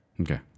okay